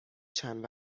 چند